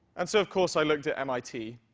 and so of course i looked at mit.